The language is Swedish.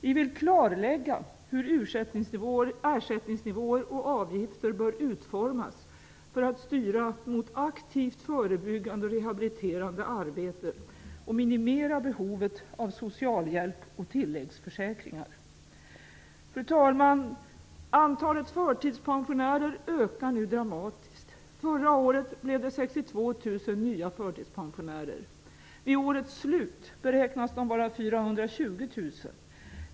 Vi vill klarlägga hur ersättningsnivåer och avgifter bör utformas för att styra mot aktivt förebyggande och rehabiliterande arbete och minimera behovet av socialhjälp och tilläggsförsäkringar. Fru talman! Antalet förtidspensionärer ökar nu dramatiskt. Förra året blev det 62 000 nya förtidspensionärer. Vid årets slut beräknas de vara 420 000.